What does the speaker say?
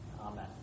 Amen